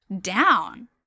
down